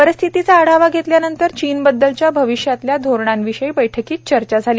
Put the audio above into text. परिस्थितीचा आढावा घेतल्यानंतर चीनबद्दलच्या भविष्यातल्या धोरणांविषयी बैठकीत चर्चा झाली